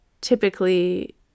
typically